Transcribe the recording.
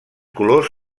colors